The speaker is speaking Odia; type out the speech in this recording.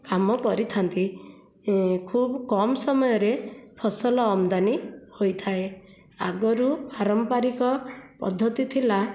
କାମ କରିଥାନ୍ତି ଖୁବ କମ ସମୟରେ ଫସଲ ଆମଦାନୀ ହୋଇଥାଏ ଆଗରୁ ପାରମ୍ପାରିକ ପଦ୍ଧତି ଥିଲା